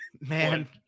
Man